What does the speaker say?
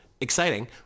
Exciting